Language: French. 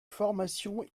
formations